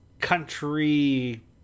country